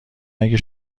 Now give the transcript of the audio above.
اگه